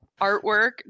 artwork